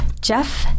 Jeff